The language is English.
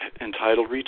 entitled